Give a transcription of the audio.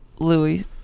Louis